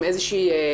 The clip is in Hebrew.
עם איזו שהיא,